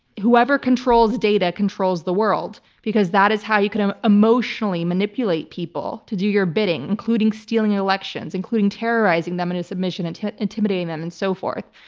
whoever controls data controls the world, because that is how you can emotionally manipulate people to do your bidding, including stealing elections, including terrorizing them and into submission and intimidating them and so forth.